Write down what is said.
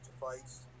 fights